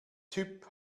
typ